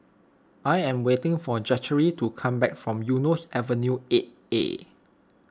I am waiting for Zachary to come back from Eunos Avenue eight A